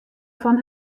fan